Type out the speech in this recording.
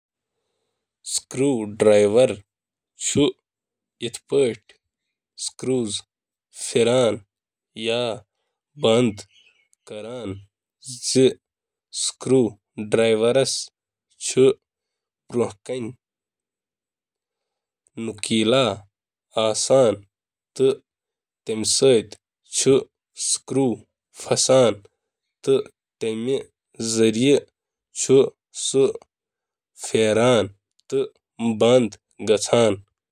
ییلہِ توہہِ سکرو ڈرایورُک ہینڈل تبدیل کران چِھو، ٹارک چُھ شافٹ کہِ ذریعہِ ٹپس منز منتقل گژھان، یوس پتہٕ سکرو ہیڈس سٕتۍ مشغول چُھ گژھان تہٕ اتھ چُھ تبدیل کران۔